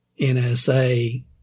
NSA